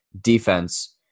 defense